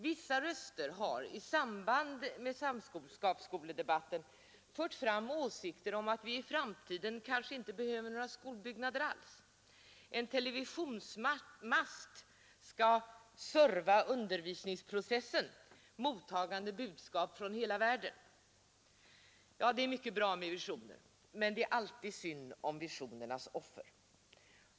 Vissa röster har i samband med samskapsskoldebatten fört fram åsikter om att vi i framtiden kanske inte behöver några skolbyggnader alls, en televisionsmast skall ”serva undervisningsprocessen”, mottagande budskap från hela världen. Det är mycket bra med visioner, men det är alltid synd om visionernas offer.